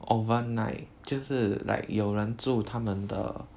overnight 就是 like 有人住他们的